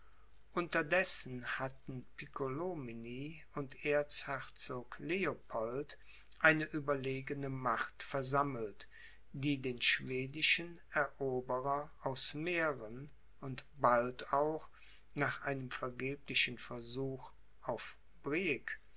unterdessen hatten piccolomini und erzherzog leopold eine überlegene macht versammelt die den schwedischen eroberer aus mähren und bald auch nach einem vergeblichen versuch auf